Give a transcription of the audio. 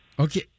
Okay